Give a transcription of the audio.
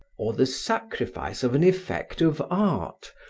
or the sacrifice of an effect of art,